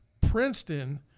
Princeton